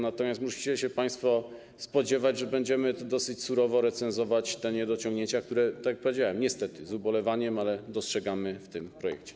Natomiast musicie się państwo spodziewać, że będziemy tu dosyć surowo recenzować niedociągnięcia, które, tak jak powiedziałem niestety z ubolewaniem, dostrzegamy w tym projekcie.